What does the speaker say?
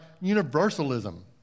universalism